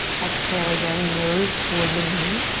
exhale again, nose toward the knee.